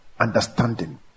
understanding